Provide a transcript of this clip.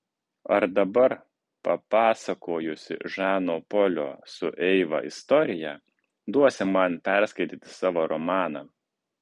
ar dabar papasakojusi žano polio su eiva istoriją duosi man perskaityti savo romaną